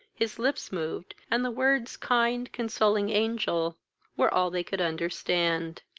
his lips moved, and the words kind, consoling angel were all they could understand.